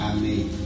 Amen